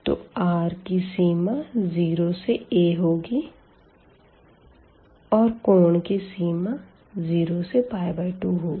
तो r की limit 0 से a होगी और कोण की लिमिट 0 से 2 होगी